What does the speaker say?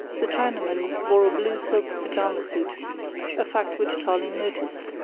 the chinaman wore a blue silk pyjama suit a fact which tarling noticed.